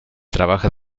trabaja